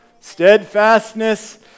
steadfastness